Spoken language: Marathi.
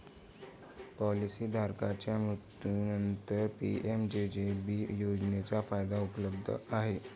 पॉलिसी धारकाच्या मृत्यूनंतरच पी.एम.जे.जे.बी योजनेचा फायदा उपलब्ध आहे